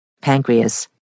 pancreas